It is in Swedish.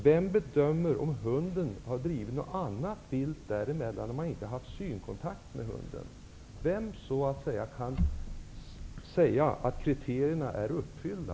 Vem bedömer om hunden har drivit annat vilt då man inte haft ögonkontakt med hunden? Vem kan säga att kriterierna är uppfyllda?